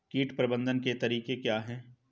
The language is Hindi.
कीट प्रबंधन के तरीके क्या हैं?